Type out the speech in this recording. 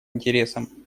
интересам